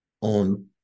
on